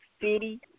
city